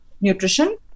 nutrition